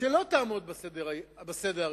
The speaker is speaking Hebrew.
לא תעמוד בסדר הראשון,